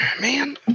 man